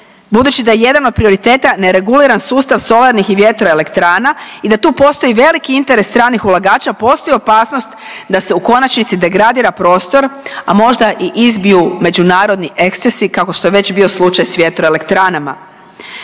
budući da je jedan od prioriteta nereguliran sustav solarnih i vjetroelektrana i da tu postoji veliki interes stranih ulagača, postoji opasnost da se u konačnici degradira prostor, a možda i izbiju međunarodni ekscesi, kao što je već bio slučaj s vjetroelektranama.